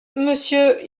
monsieur